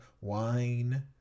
wine